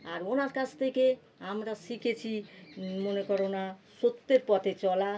আর ওনার কাছ থেকে আমরা শিখেছি মনে করো না সত্যের পথে চলা